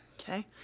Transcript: okay